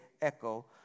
echo